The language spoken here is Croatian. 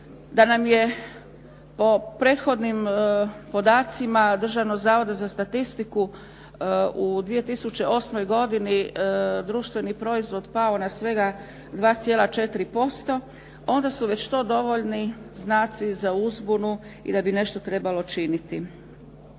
da nam je po prethodnim podacima Državnog zavoda za statistiku u 2008. godini društveni proizvod pao na svega 2,4% onda su već to dovoljni znaci za uzbunu i da bi nešto trebalo činiti.